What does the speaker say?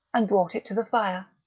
and brought it to the fire.